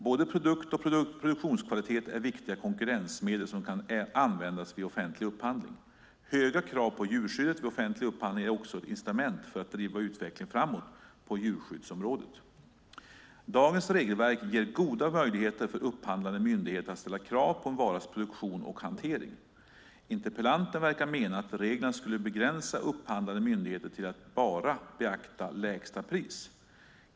Både produkt och produktionskvalitet är viktiga konkurrensmedel som kan användas vid offentlig upphandling. Höga krav på djurskyddet vid offentlig upphandling är också ett incitament för att driva utvecklingen framåt på djurskyddsområdet. Dagens regelverk ger goda möjligheter för upphandlande myndigheter att ställa krav på en varas produktion och hantering. Interpellanten verkar mena att reglerna skulle begränsa upphandlande myndigheter till att bara beakta lägsta pris.